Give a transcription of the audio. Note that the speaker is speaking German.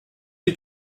sie